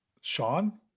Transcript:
Sean